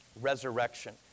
Resurrection